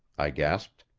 i gasped.